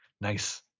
nice